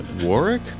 Warwick